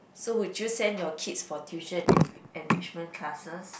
so would you send your kids for tuition en~ enrichment classes